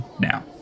now